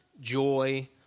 joy